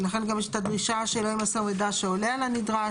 לכן גם יש את הדרישה של אין לאסוף מידע שעולה על הנדרש.